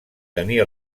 tenir